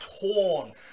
torn